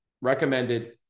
recommended